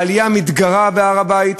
העלייה המתגרה להר-הבית.